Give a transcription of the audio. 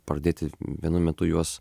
pradėti vienu metu juos